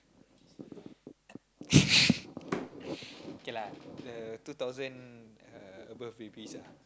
okay lah uh two thousand uh above babies ah